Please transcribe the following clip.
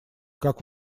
как